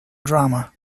drama